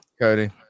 Cody